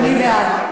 אני בעד.